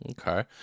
Okay